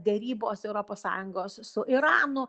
derybos europos sąjungos su iranu